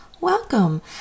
Welcome